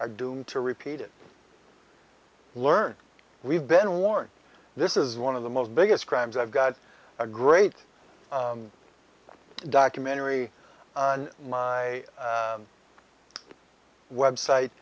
are doomed to repeat it learn we've been warned this is one of the most biggest crimes i've got a great documentary on my website